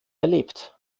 erlebt